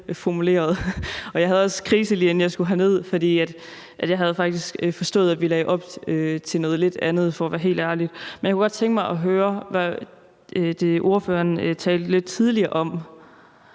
jeg havde også krise, lige inden jeg skulle herned, for jeg havde faktisk forstået, at vi lagde op til noget lidt andet, for at være helt ærlig. Men jeg kunne godt tænke mig at høre om det, ordføreren lidt tidligere